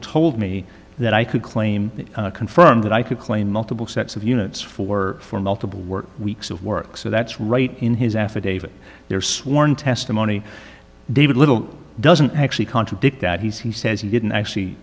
told me that i could claim it confirmed that i could claim multiple sets of units for for multiple work weeks of work so that's right in his affidavit their sworn testimony david little doesn't actually contradict that he says he didn't actually